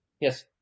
Yes